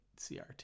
CRT